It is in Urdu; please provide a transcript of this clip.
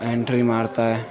اینٹری مارتا ہے